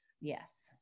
Yes